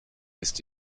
ist